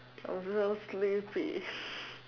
I am so sleepy